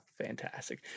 Fantastic